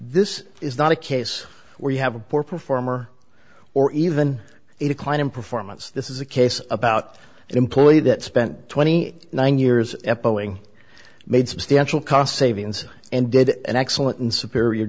this is not a case where you have a poor performer or even a decline in performance this is a case about an employee that spent twenty nine years made substantial cost savings and did an excellent and superior